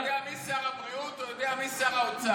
הוא יודע מי שר הבריאות, הוא יודע מי שר האוצר.